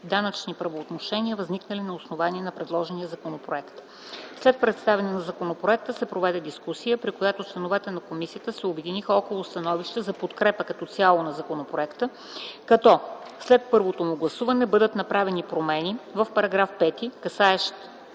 данъчни правоотношения, възникнали на основание на предложения законопроект. След представяне на законопроекта се проведе дискусия, при която членовете на комисията се обединиха около становището за подкрепа като цяло на законопроекта, като след първото му гласуване бъдат направени промени в § 5, касаещ